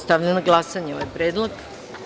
Stavljam na glasanje ovaj predlog.